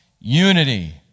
unity